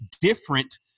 different